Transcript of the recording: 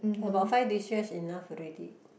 about five dishes enough already